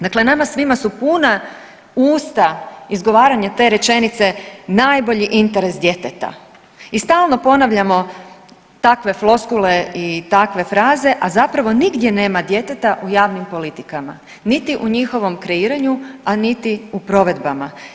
Dakle, nama svima su puna usta izgovaranja te rečenice najbolji interes djeteta i stalno ponavljamo takve floskule i takve fraze, a zapravo nigdje nema djeteta u javnim politikama niti u njihovom kreiranju, a niti u provedbama.